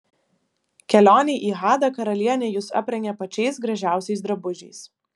kelionei į hadą karalienė jus aprengė pačiais gražiausiais drabužiais